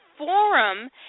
Forum